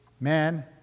man